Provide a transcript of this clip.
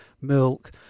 milk